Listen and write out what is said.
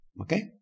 Okay